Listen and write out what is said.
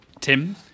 Tim